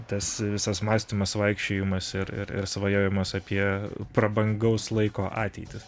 tas visas mąstymas vaikščiojimas ir ir svajojimas apie prabangaus laiko ateitį